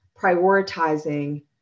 prioritizing